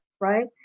right